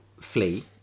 flee